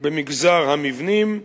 במגזר המבנים.